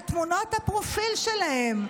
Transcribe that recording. על תמונות הפרופיל שלהם,